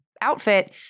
outfit